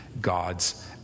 God's